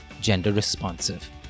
gender-responsive